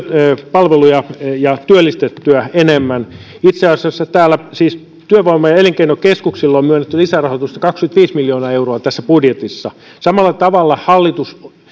palveluja ja työllistettyä enemmän itse asiassa tässä budjetissa työvoima ja ja elinkeinokeskuksille on myönnetty lisärahoitusta kaksikymmentäviisi miljoonaa euroa samalla tavalla hallitus